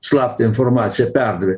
slaptą informaciją perdavė